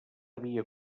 havia